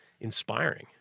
inspiring